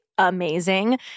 amazing